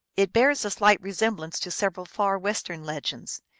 it bears a slight resemblance to several far western legends,